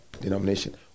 denomination